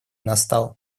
настал